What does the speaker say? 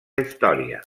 història